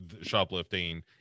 shoplifting